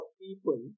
people